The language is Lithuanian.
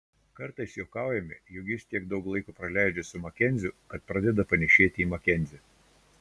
kartais juokaujame jog jis tiek daug laiko praleidžia su makenziu kad pradeda panėšėti į makenzį